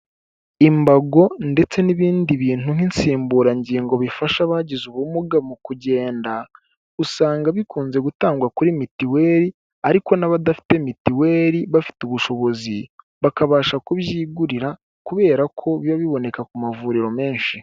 Imbago ndetse n'ibindi bintu nk'insimburangingo bifasha abagize ubumuga mu kugenda, usanga bikunze gutangwa kuri mituweli; ariko n'abadafite mituweli bafite ubushobozi bakabasha kubyigurira, kubera ko biba biboneka ku mavuriro menshi.